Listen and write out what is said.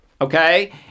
okay